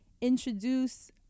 introduce